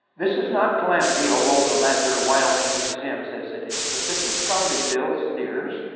this is not calamity, although the lander, wyoming museum says it is. but this is probably bill steers,